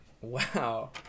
Wow